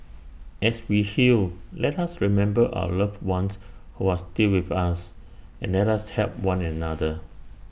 as we heal let us remember our loved ones who are still with us and let us help one another